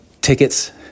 tickets